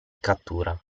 cattura